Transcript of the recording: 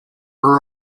out